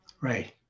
Right